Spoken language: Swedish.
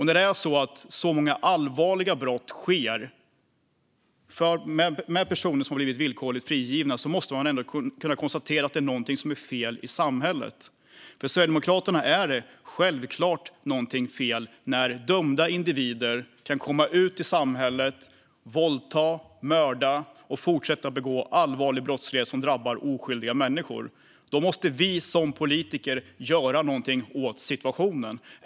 När så många allvarliga brott sker med personer som blivit villkorligt frigivna måste man kunna konstatera att det är någonting som är fel i samhället. För Sverigedemokraterna är det självklart någonting fel när dömda individer kan komma ut i samhället och våldta, mörda och fortsätta att begå allvarlig brottslighet som drabbar oskyldiga människor. Då måste vi politiker göra någonting åt situationen.